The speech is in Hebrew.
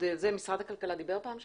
משרד הכלכלה דיבר בפעם שעברה?